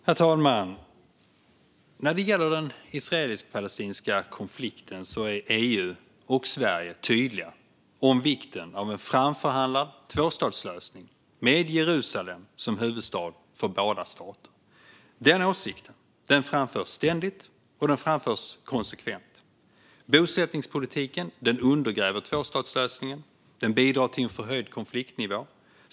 Herr talman! När det gäller den israelisk-palestinska konflikten är EU och Sverige tydliga om vikten av en framförhandlad tvåstatslösning med Jerusalem som huvudstad för båda staterna. Den åsikten framförs ständigt och konsekvent. Bosättningspolitiken undergräver tvåstatslösningen och bidrar till en förhöjd konfliktnivå.